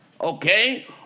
okay